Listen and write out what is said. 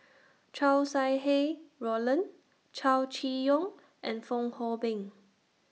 Chow Sau Hai Roland Chow Chee Yong and Fong Hoe Beng